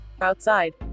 Outside